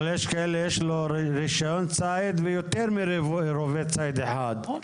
אבל יש כאלה שיש לו רישיון ציד ויותר מרובה ציד אחד.